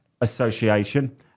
association